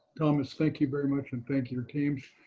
thomas, thank you very much, and thank your teams.